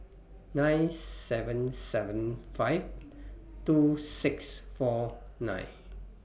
nine seven seven five two six four nine